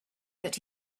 that